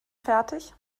fertig